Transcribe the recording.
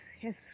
yes